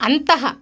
अन्तः